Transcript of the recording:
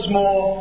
more